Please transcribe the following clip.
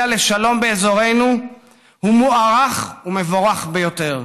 לשלום באזורנו הוא מוערך ומבורך ביותר.